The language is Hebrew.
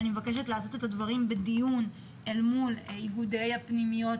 אני מבקשת לעשות את הדברים בדיון אל מול איגודי הפנימיות,